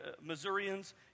Missourians